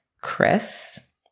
Chris